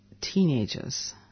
teenagers